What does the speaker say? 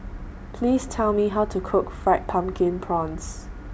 Please Tell Me How to Cook Fried Pumpkin Prawns